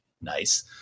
Nice